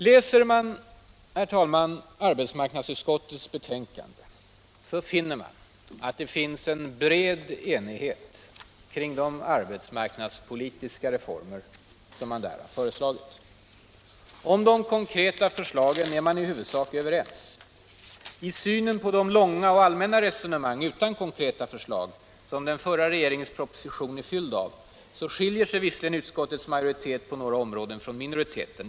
Läser man arbetsmarknadsutskottets betänkande konstaterar man att det finns en bred enighet kring de arbetsmarknadspolitiska reformer som där föreslagits. Om de konkreta förslagen är utskottet i huvudsak överens. I synen på de långa allmänna resonemang utan konkreta förslag, som den 63 Om åtgärder för att lösa ungdomens sysselsättningsproblem förra regeringens proposition är fylld av, skiljer sig visserligen utskottets majoritet på några områden från minoriteten.